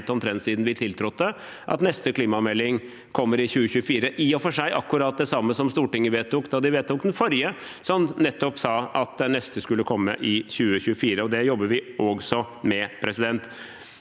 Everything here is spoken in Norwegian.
omtrent siden vi tiltrådte, at neste klimamelding skal komme i 2024. Det er i og for seg akkurat det samme som Stortinget vedtok da de vedtok den forrige, som nettopp sa at den neste skulle komme i 2024, og det jobber vi altså med. Poenget